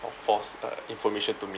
or force uh information to me